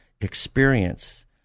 experience